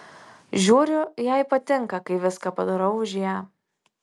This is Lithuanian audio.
žiūriu jai patinka kai viską padarau už ją